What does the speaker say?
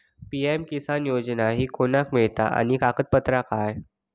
PM Kisan Yojana ही कोणाक मिळता आणि पात्रता काय?